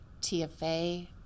TFA